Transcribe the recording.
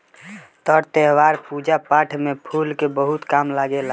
तर त्यौहार, पूजा पाठ में फूल के बहुत काम लागेला